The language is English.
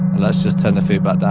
let's just turn the feedback down.